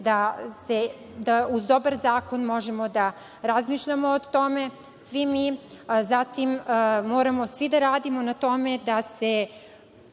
uređuje da uz dobar zakon možemo da razmišljamo o tome, svi mi. Zatim, moramo svi da radimo na tome da se,